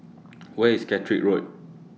Where IS Caterick Road